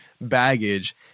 baggage